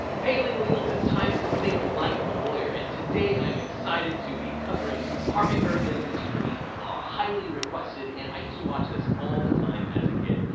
hey, legal eagles, it's time think like a lawyer. and today, i am excited to be covering harvey birdman, attorney at law. highly requested, and i used to watch this all the time as a kid,